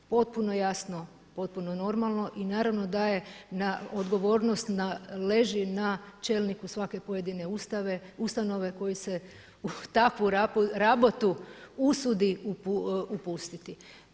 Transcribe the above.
Potpuno jasno, potpuno normalno i naravno da odgovornost leži na čelniku svake pojedine ustanove koja se u takvu rabotu usudi upustiti.